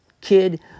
kid